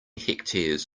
hectares